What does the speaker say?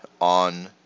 on